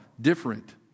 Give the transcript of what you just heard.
different